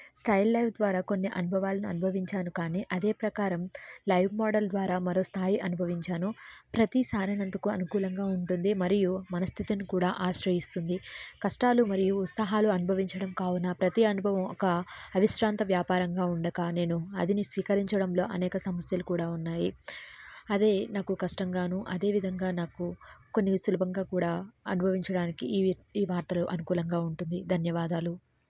style life ద్వారా కొన్ని అనుభవాలు అనుభవించాను కానీ అదే ప్రకారం లైవ్ మోడల్ ద్వారా మరో స్థాయి అనుభవించాను ప్రతిసారినందుకు అనుకూలంగా ఉంటుంది మరియు మనస్థితిని కూడా ఆశ్రయిస్తుంది కష్టాలు మరియు ఉత్సాహాలు అనుభవించడం కావున ప్రతి అనుభవం ఒక అవిశ్రాంత వ్యాపారంగా ఉండగా నేను అదిని స్వీకరించడంలో అనేక సమస్యలు కూడా ఉన్నాయి అదే నాకు కష్టంగానూ అదేవిధంగా నాకు కొన్ని సులభంగా కూడా అనుభవించడానికి ఇవి ఈ వార్తలు అనుకూలంగా ఉంటుంది ధన్యవాదాలు